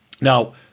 now